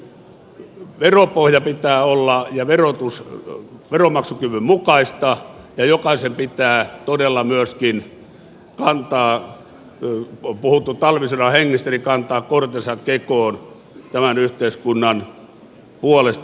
veropohjan ja verotuksen pitää olla veronmaksukyvyn mukaista ja jokaisen pitää todella myöskin kantaa on puhuttu talvisodan hengestä kortensa kekoon tämän yhteiskunnan puolesta